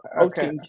Okay